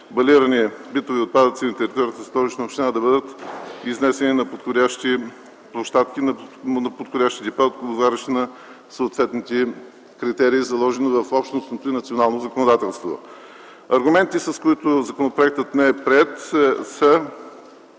балирани битови отпадъци на територията на Столична община да бъдат изнесени на подходящи площадки, в подходящи депа, отговарящи на съответните критерии, заложени в общностното и национално законодателство. Аргументите, с които законопроектът не е приет, са